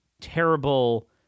terrible